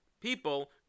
people